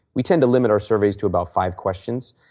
we tend to limit our surveys to about five questions.